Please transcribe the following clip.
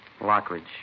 Lockridge